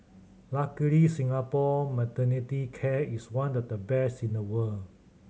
luckily Singapore maternity care is one of the best in the world